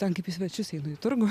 ten kaip į svečius einu į turgų